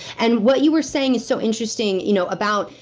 and what you were saying is so interesting, you know about,